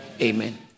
Amen